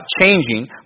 changing